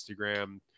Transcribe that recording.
Instagram